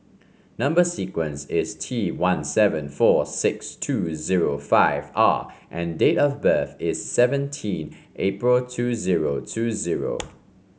number sequence is T one seven four six two zero five R and date of birth is seventeen April two zero two zero